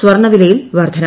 സ്വർണ്ണ വിലയിൽ വർദ്ധന